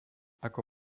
ako